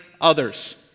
others